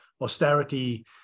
austerity